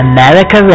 America